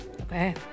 Okay